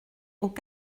aux